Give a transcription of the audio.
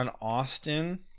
Austin